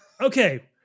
okay